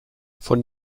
von